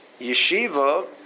yeshiva